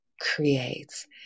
creates